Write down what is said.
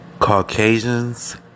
Caucasians